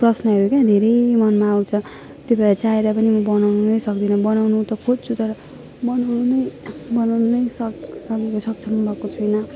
प्रश्नहरू धेरै मनमा आउँछ त्यो भएर चाहेर पनि म बनाउन नै सक्दिनँ बनाउनु त खोज्छु तर बनाउनु नि बनाउनु नि सक् सकेको सक्षम भएको छैन